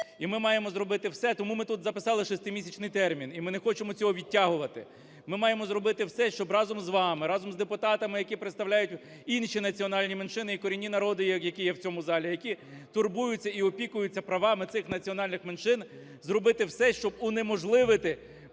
І ми маємо зробити все. Тому ми тут записали шестимісячний термін. І ми не хочемо цього відтягувати. Ми маємо зробити все, щоб разом з вами, разом з депутатами, які представляють інші національні меншини і корінні народи, які є в цьому залі, які турбуються і опікуються правами цих національних меншин, зробити все, щоб унеможливити